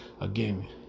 Again